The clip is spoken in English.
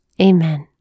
Amen